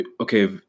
okay